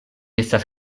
estas